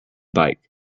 bike